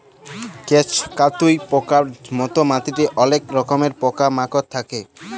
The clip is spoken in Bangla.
কেঁচ, কাটুই পকার মত মাটিতে অলেক রকমের পকা মাকড় থাক্যে